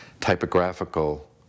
typographical